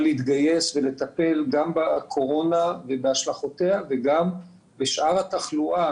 להתגייס ולטפל גם בקורונה ובהשלכותיה וגם בשאר התחלואה.